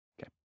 Okay